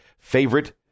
Favorite